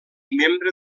membre